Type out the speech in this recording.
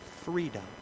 Freedom